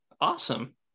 awesome